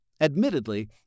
Admittedly